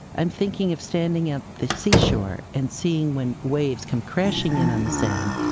i'm thinking of standing at the seashore and seeing when waves come crashing in on the sand.